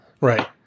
Right